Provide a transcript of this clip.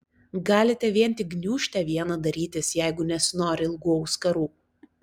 galite vien tik gniūžtę vieną darytis jeigu nesinori ilgų auskarų